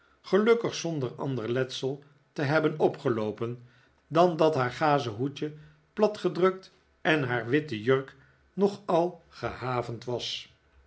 gelukkig zonder ander letsel te hebben opgeloopen dan dat haar gazen hoedje plat gedrukt en haar witte jurk nogal gehavend was